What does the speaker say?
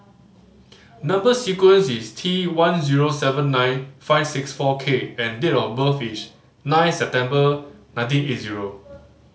number sequence is T one zero seven nine five six four K and date of birth is nine September nineteen eight zero